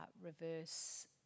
reverse